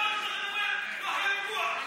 השב"כ אומר: לא היה פיגוע,